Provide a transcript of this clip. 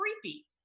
creepy